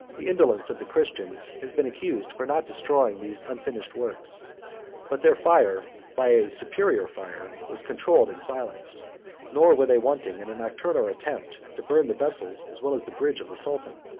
the indolence of the christians has been accused for not destroying these unfinished works but their fire, by a superior fire, was controlled and silenced nor were they wanting in a nocturnal attempt to burn the vessels as well as the bridge of the sultan.